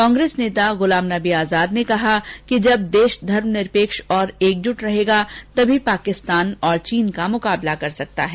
कांग्रेस नेता गुलाम नबी आजाद ने कहा कि जब देश धर्मनिरपेक्ष और एकजुट रहेगा तभी पाकिस्तान और चीन का मुकाबला कर सकता है